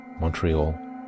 Montreal